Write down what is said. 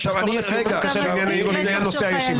עופר, למרות שקשה --- לנושא הישיבה.